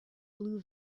blue